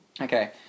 Okay